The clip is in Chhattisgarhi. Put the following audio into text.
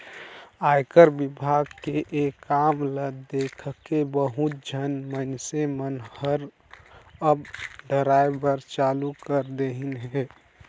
आयकर विभाग के ये काम ल देखके बहुत झन मइनसे मन हर अब डराय बर चालू कइर देहिन हे